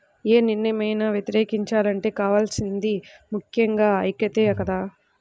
యే నిర్ణయాన్నైనా వ్యతిరేకించాలంటే కావాల్సింది ముక్కెంగా ఐక్యతే కదా